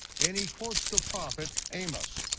and he quotes the prophet amos.